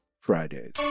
Fridays